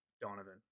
Donovan